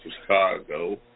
Chicago